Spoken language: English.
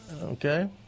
Okay